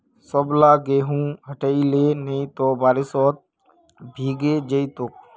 सबला गेहूं हटई ले नइ त बारिशत भीगे जई तोक